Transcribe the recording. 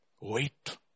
Wait